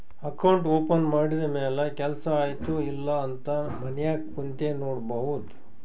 account open ಮಾಡಿದ ಮ್ಯಾಲ ಕೆಲ್ಸಾ ಆಯ್ತ ಇಲ್ಲ ಅಂತ ಮನ್ಯಾಗ್ ಕುಂತೆ ನೋಡ್ಬೋದ್